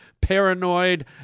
paranoid